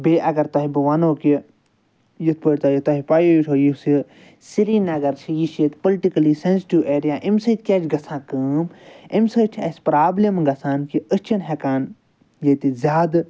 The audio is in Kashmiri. بیٚیہِ اگر تۄہہِ بہٕ ونو کہِ یِتھ پٲٹھۍ تۄہہِ تۄہہِ پَیی چھو یُس یہِ سرینَگَر چھِ یہِ چھِ ییٚتہِ پُلٹِکلی سیٚنزِٹِو ایریا اَمہِ سۭتۍ کیاہ چھِ گَژھان کٲم اَمہِ سۭتۍ چھِ اَسہِ پرابلم گَژھان کہِ أسۍ چھِنہٕ ہٮ۪کان ییٚتہِ زیادٕ